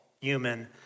human